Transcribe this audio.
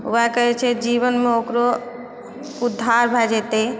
वएह कहै छै जीवनमे ओकरो उद्धार भए जेतै